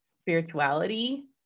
spirituality